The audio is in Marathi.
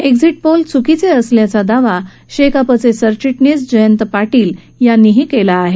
एक्झीट पोल चुकीचे असल्याचा दावा शेकापचे सरचिटणीस जयंत पाटील यांनीही केला आहे